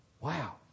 Wow